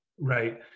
right